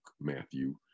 Matthew